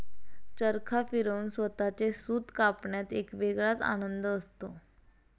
चरखा फिरवून स्वतःचे सूत कापण्यात एक वेगळाच आनंद असतो